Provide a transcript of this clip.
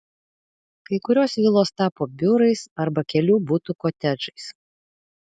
kai kurios vilos tapo biurais arba kelių butų kotedžais